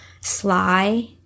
sly